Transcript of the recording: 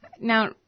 now